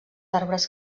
arbres